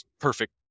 perfect